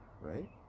right